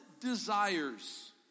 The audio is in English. desires